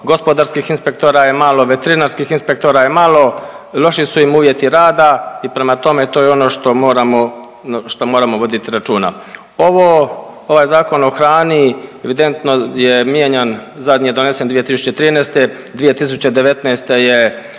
gospodarskih inspektora je malo, veterinarskih inspektora je malo, loši su im uvjeti rada i prema tome to je ono što moramo, što moramo vodit računa. Ovo, ovaj Zakon o hrani evidentno je mijenjan, zadnji je donesen 2013., 2019. je